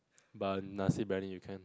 but nasi-briyani you can